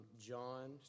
John